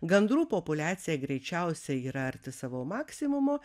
gandrų populiacija greičiausiai yra arti savo maksimumo